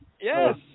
Yes